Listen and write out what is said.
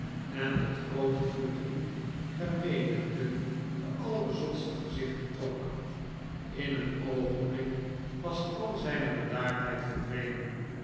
en tot groot genoegen der menigte de allerzotste gezichten trok in een oogenblik was al zijne bedaardheid verdwenen